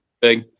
big